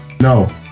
No